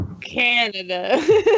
Canada